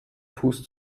fuß